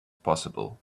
possible